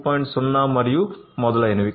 0 మరియు మొదలైనవి